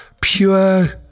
pure